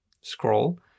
scroll